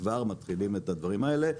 כבר מתחילים את הדברים האלה,